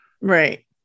Right